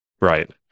right